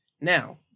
Now